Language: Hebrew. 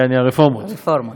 יעני הרפורמות.